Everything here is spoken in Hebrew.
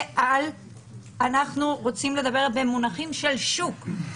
ואנחנו רוצים לדבר במונחים של שוק,